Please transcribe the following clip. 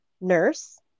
nurse